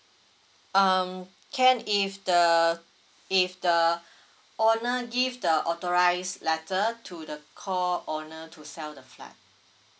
um can if the if the owner give the authorise letter to the co owner to sell the flat